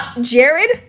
Jared